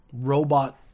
robot